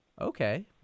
Okay